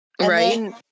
Right